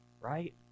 Right